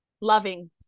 Loving